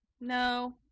no